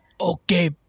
Okay